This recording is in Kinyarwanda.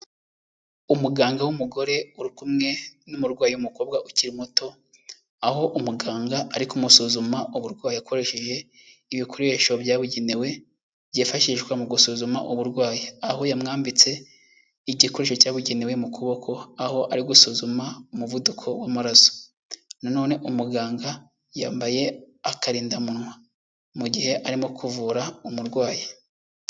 Umuganga w'umugore uri kumwe n'umurwayi w'umukobwa ukiri muto, aho umuganga ari kumusuzuma uburwayi akoresheje ibikoresho byabugenewe byifashishwa mu gusuzuma uburwayi. Aho yamwambitse igikoresho cyabugenewe mu kuboko, aho ari gusuzuma umuvuduko w'amaraso. Na none umuganga yambaye akarindamunwa mu gihe arimo kuvura umurwayi.